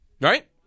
Right